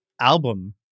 album